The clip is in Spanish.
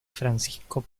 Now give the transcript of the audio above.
francisco